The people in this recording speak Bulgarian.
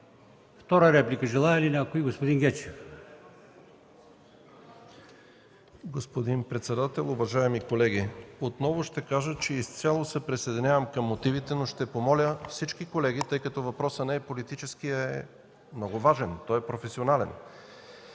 втора реплика? Заповядайте, господин Гечев. РУМЕН ГЕЧЕВ (КБ): Господин председател, уважаеми колеги! Отново ще кажа, че изцяло се присъединявам към мотивите, но ще помоля всички колеги, тъй като въпросът не е политически, а е много важен, той е професионален